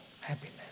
happiness